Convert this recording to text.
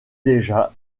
déjà